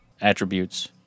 attributes